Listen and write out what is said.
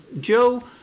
Joe